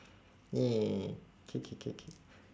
!yay! K K K K